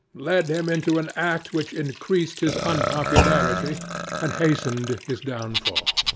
led him into an act which increased his unpopularity and hastened his downfall.